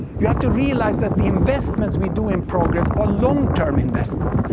you have to realize that the investments we do in progress are long-term investments.